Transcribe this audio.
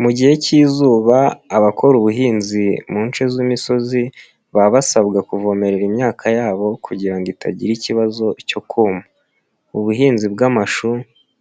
Mu gihe k'izuba abakora ubuhinzi mu nshe z'imisozi, baba basabwa kuvomerera imyaka yabo kugira ngo itagira ikibazo cyo kuma. ubuhinzi bw'amashu